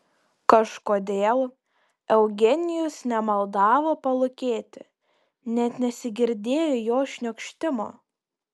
kažkodėl eugenijus nemaldavo palūkėti net nesigirdėjo jo šniokštimo